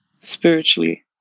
spiritually